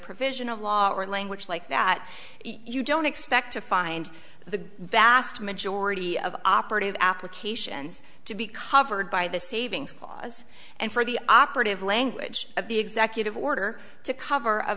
provision of law or language like that you don't expect to find the vast majority of operative applications to be covered by the savings clause and for the operative language of the executive order to cover a